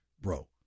bro